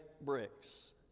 bricks